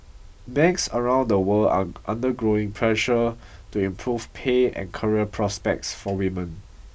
banks around the world are under growing pressure to improve pay and career prospects for women